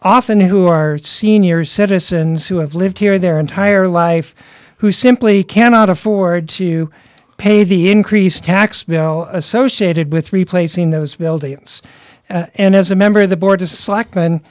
often who are senior citizens who have lived here their entire life who simply cannot afford to pay the increased tax no associated with replacing those buildings and as a member of the board to slack then